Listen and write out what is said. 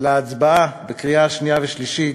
להצבעה בקריאה שנייה ושלישית,